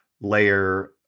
layer